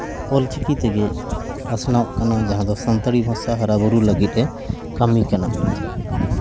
ᱚᱞᱪᱤᱠᱤ ᱛᱮᱜᱮ ᱯᱟᱥᱱᱟᱜ ᱠᱟᱱᱟ ᱡᱟᱦᱟᱸ ᱫᱚ ᱥᱟᱱᱛᱟᱲᱤ ᱵᱷᱟᱥᱟ ᱦᱟᱨᱟᱼᱵᱩᱨᱩ ᱞᱟᱹᱜᱤᱫ ᱮ ᱠᱟᱹᱢᱤ ᱠᱟᱱᱟ